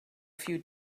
few